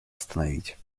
остановить